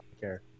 care